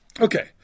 Okay